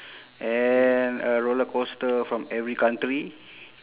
and a roller coaster from every country